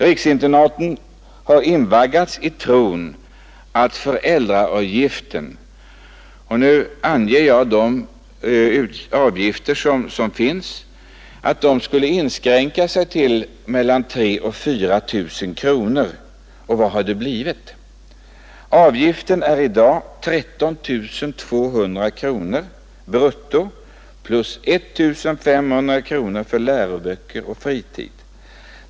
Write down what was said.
Riksinternaten har invaggats i tron att föräldraavgiften skulle inskränka sig till mellan 3 000 och 4 000 kronor, och vad har det blivit? Avgiften är i dag 13 200 brutto plus 1 500 kronor för läroböcker och fritid.